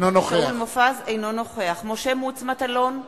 אינו נוכח משה מטלון,